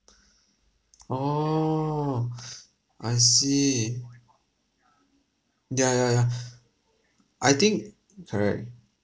oh I see ya ya yeah I think correct